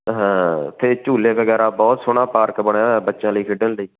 ਹਾਂ ਅਤੇ ਝੂਲੇ ਵਗੈਰਾ ਬਹੁਤ ਸੋਹਣਾ ਪਾਰਕ ਬਣਿਆ ਹੋਇਆ ਬੱਚਿਆਂ ਲਈ ਖੇਡਣ ਲਈ